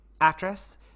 actress